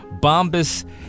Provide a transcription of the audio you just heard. Bombas